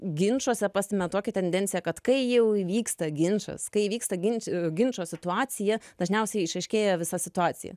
ginčuose pastime tokią tendenciją kad kai jau įvyksta ginčas kai įvyksta ginč ginčo situacija dažniausiai išaiškėja visa situacija